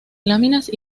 láminas